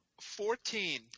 Fourteen